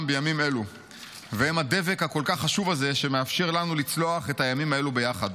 בימים אלה והם הדבק הכל כך חשוב הזה שמאפשר לנו לצלוח את הימים האלה ביחד.